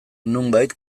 nonbait